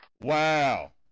Wow